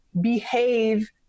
behave